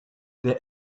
der